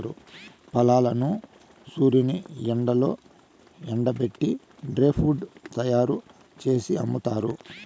ఫలాలను సూర్యుని ఎండలో ఎండబెట్టి డ్రై ఫ్రూట్స్ తయ్యారు జేసి అమ్ముతారు